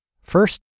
First